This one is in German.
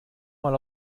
mal